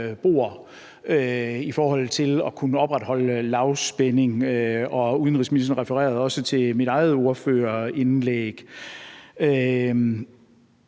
i forhold til at kunne opretholde en lavspænding. Og udenrigsministeren refererede også til mit eget ordførerindlæg.